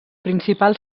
principal